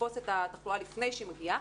לתפוס את התחלואה לפני שהיא מגיעה,